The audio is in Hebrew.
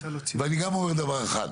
ואני גם אומר דבר אחד.